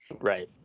Right